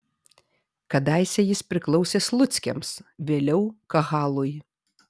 kadaise jis priklausė sluckiams vėliau kahalui